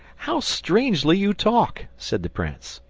how strangely you talk! said the prince.